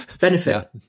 benefit